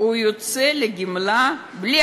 יוצא לגמלאות בלי